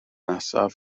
nesaf